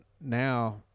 now